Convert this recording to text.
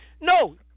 no